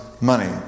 money